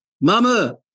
Mama